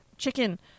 Chicken